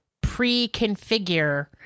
pre-configure